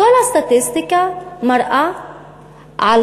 כל הסטטיסטיקה מראה על